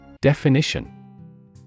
Definition